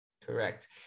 Correct